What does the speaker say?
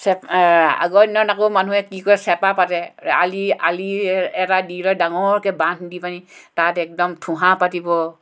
চে আগৰ দিনত আকৌ মানুহে কি কৰে চেপা পাতে আলি আলি এটা দি লয় ডাঙৰকৈ বান্ধ দি পানি তাত একদম থোঁহা পাতিব